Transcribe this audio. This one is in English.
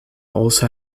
also